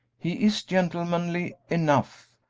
he is gentlemanly enough,